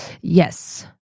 Yes